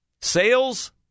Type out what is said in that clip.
Sales